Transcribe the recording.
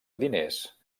diners